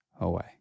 away